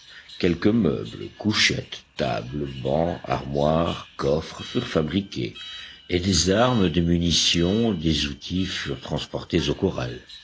quelques meubles couchette table banc armoire coffre furent fabriqués et des armes des munitions des outils furent transportés au